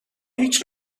هیچ